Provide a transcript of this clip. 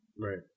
right